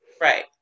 Right